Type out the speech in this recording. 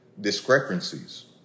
discrepancies